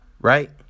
Right